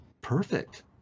perfect